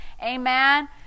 Amen